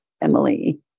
Emily